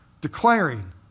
declaring